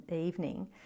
evening